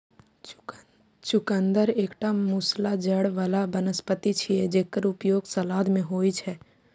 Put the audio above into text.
चुकंदर एकटा मूसला जड़ बला वनस्पति छियै, जेकर उपयोग सलाद मे होइ छै